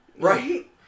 Right